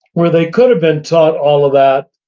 where they could have been taught all of that,